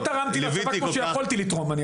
לא תרמתי לצבא כמו שיכולתי לתרום.